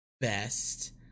best